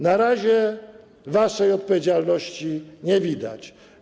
Na razie waszej odpowiedzialności nie widać.